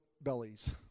bellies